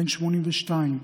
בן 82,